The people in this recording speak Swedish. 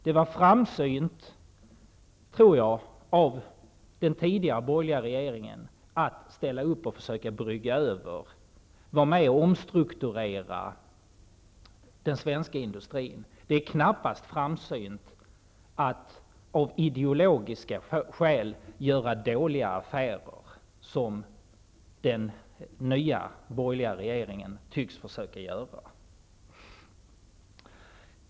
Det var enligt min uppfattning framsynt av den tidigare borgerliga regeringen att ställa upp och försöka brygga över krisen och vara med och omstrukturera den svenska industrin. Det är knappast framsynt att av ideologiska skäl göra dåliga affärer, som den nya borgerliga regeringen tycks försöka göra.